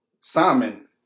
Simon